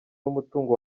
n’umutungo